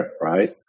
right